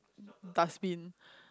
dustbin